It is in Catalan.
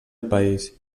país